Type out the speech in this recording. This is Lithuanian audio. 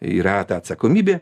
yra ta atsakomybė